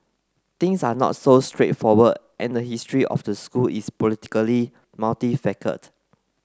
things are not so straightforward and the history of the school is politically multifaceted